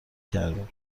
کردیم